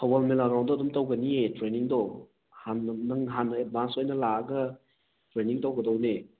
ꯊꯧꯕꯥꯜ ꯃꯦꯂꯥꯒ꯭ꯔꯥꯎꯟꯗ ꯑꯗꯨꯝ ꯇꯧꯒꯅꯤꯌꯦ ꯇ꯭ꯔꯦꯟꯅꯤꯡꯗꯣ ꯍꯥꯟꯅ ꯅꯪ ꯍꯥꯟꯅ ꯑꯦꯗꯚꯥꯟꯁ ꯑꯣꯏꯅ ꯂꯥꯛꯑꯒ ꯇ꯭ꯔꯦꯟꯅꯤꯡ ꯇꯧꯒꯗꯣꯏꯅꯦ